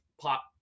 pop